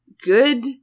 good